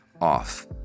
off